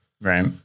Right